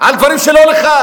על דברים שלא לך.